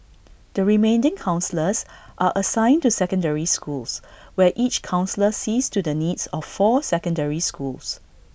the remaining counsellors are assigned to secondary schools where each counsellor sees to the needs of four secondary schools